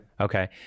Okay